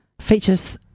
Features